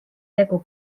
tegu